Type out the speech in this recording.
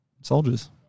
soldiers